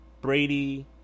Brady